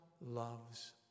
loves